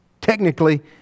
Technically